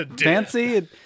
fancy